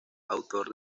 autor